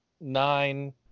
nine